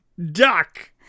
Duck